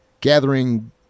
gathering